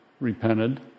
repented